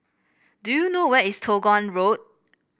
do you know where is Toh Guan Road